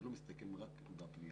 זה לא מסתכם רק בפנייה.